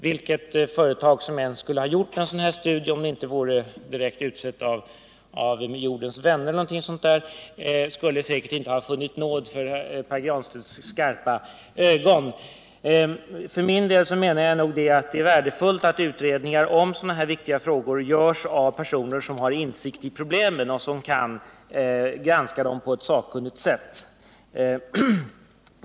Vilket företag som än skulle ha gjort en sådan studie — om det inte skulle vara direkt utsett av Jordens vänner eller något liknande organ — skulle det säkerligen inte ha funnit nåd inför Pär Granstedts skarpa ögon. För min del menar jag att det är värdefullt att utredningar om sådana här viktiga frågor görs av personer som har insikt i problemen och som kan granska dem på ett sakkunnigt sätt.